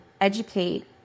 educate